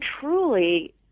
truly